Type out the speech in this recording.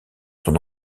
son